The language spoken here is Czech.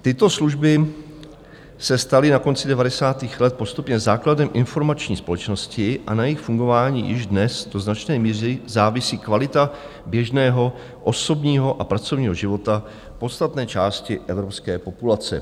Tyto služby se staly na konci 90. let postupně základem informační společnosti a na jejich fungování již dnes do značné míry závisí kvalita běžného osobního a pracovního života podstatné části evropské populace.